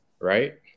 Right